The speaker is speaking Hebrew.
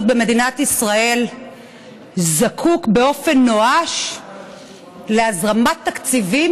במדינת ישראל זקוק באופן נואש להזרמת תקציבים,